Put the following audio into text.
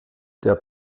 der